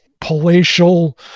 palatial